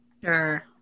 Sure